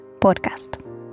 podcast